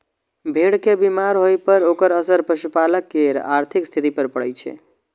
भेड़ के बीमार होइ पर ओकर असर पशुपालक केर आर्थिक स्थिति पर पड़ै छै